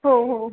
हो हो हो